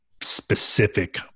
specific